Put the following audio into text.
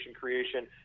Creation